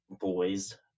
boys